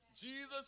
Jesus